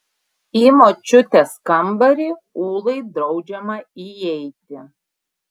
į močiutės kambarį ūlai draudžiama įeiti